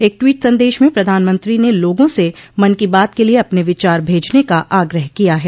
एक टवीट संदेश में प्रधानमंत्री ने लोगों से मन की बात के लिए अपने विचार भेजने का आग्रह किया है